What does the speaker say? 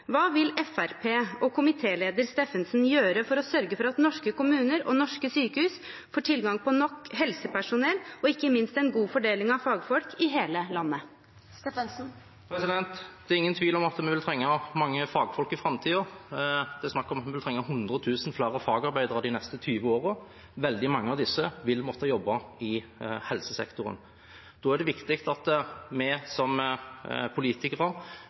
Hva vil Fremskrittspartiet og komitéleder Steffensen gjøre for å sørge for at norske kommuner og norske sykehus får tilgang på nok helsepersonell, og ikke minst en god fordeling av fagfolk, i hele landet? Det er ingen tvil om at vi vil trenge mange fagfolk i framtiden, det er snakk om at vi trenger 100 000 flere fagarbeidere de neste 20 årene, veldig mange av disse vil måtte jobbe i helsesektoren. Da er det viktig at vi som politikere